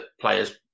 players